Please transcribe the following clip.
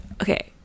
okay